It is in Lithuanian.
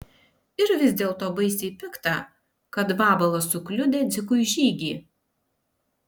ir vis dėlto baisiai pikta kad vabalas sukliudė dzikui žygį